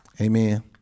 Amen